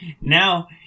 Now